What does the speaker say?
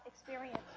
experience